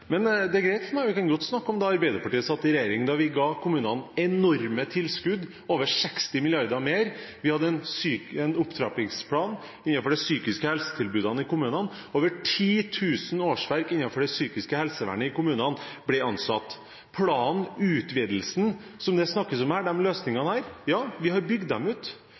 Men det er greit for meg, vi kan godt snakke om da Arbeiderpartiet satt i regjering, da vi ga kommunene enorme tilskudd, over 60 mrd. kr mer. Vi hadde en opptrappingsplan innenfor det psykiske helsetilbudet i kommunene. Det ble ansatt over 10 000 årsverk innenfor det psykiske helsevernet i kommunene. Planen, utvidelsen og løsningene det snakkes om her – ja, vi har bygd det ut.